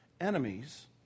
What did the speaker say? enemies